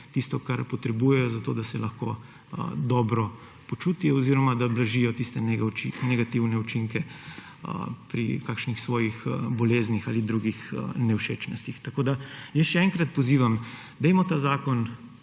tisto, kar potrebujejo, da se lahko dobro počutijo oziroma da blažijo tiste negativne učinke pri kakšnih svojih boleznih ali drugih nevšečnostih. Jaz še enkrat pozivam, dajmo ta zakon